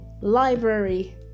library